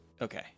Okay